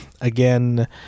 again